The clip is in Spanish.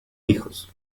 hijos